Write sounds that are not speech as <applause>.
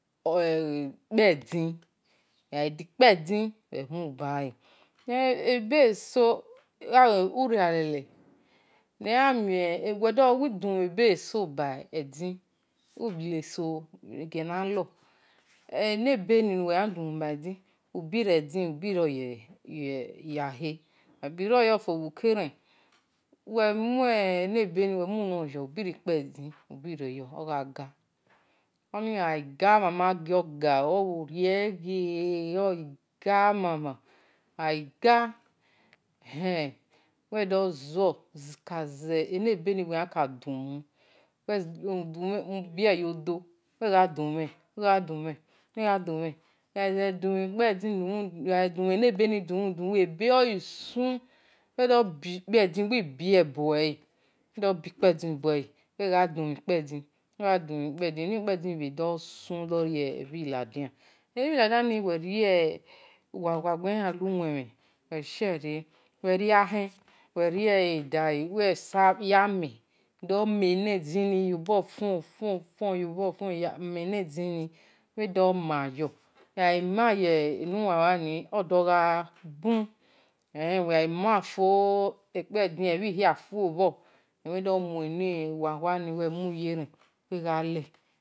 <hesitation> ikpedin uwe-gha de-ikpedin, ebe-eso amin uria-le le we domhen ebe esa bele edin enebeni ubere-edin ya-khe uwe-gha bero-yo-fo bhu-keren we-mue elebeni uwe muen you, ubiri-ikpedin yo no gha gha oni agha amama gio-go awo rie-eghe ogha ga ehen we-do zor ene-beni uwe yan ka du-mhun uwe bie-yo-do uwi gha do-mhen uwe gha ze duanhen ebe oghi sun wibie buele uwe gha bie bue le eni kpedin dosun rie-ebhi ladian <hesitation> egheni uwe-rie uwa-wa nuwe khian ya le uwe ne-le bale uwi do-mee-eni-din-ni yo bor-fuon, fuon enidin ni uwi do mah yo uwe gha mah fo ikpedin ebhi-hia fo-bho uwi do mue nu-wawa ni uwe-mu-ye-ren uwi gha le.